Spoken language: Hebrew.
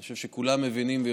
אני חושב שכולם יודעים,